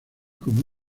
como